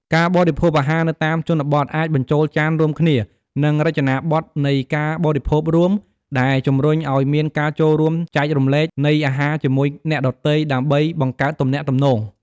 ការបរិភោគអាហារនៅតាមជនបទអាចបញ្ចូលចានរួមគ្នា និងរចនាប័ទ្មនៃការបរិភោគរួម ដែលជំរុញឲ្យមានការចូលរួមចែករំលែកនៃអាហារជាមួយអ្នកដទៃដើម្បីបង្កើតទំនាក់ទំនង់។